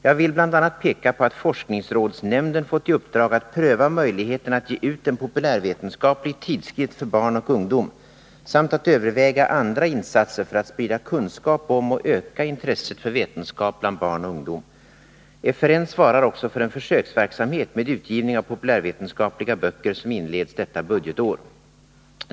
Jag vill bl.a. peka på att forskningsrådsnämnden fått i uppdrag att pröva möjligheterna att ge ut en populärvetenskaplig tidskrift för barn och ungdom samt att överväga andra insatser för att sprida kunskap om och öka intresset för vetenskap bland barn och ungdom. FRN svarar också för en försöksverksamhet med utgivning av populärvetenskapliga böcker som inleds detta budgetår.